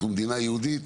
אנחנו מדינה יהודית.